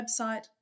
website